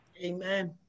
Amen